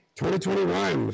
2021